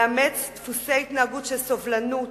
לאמץ דפוסי התנהגות של סובלנות,